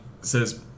says